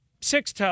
six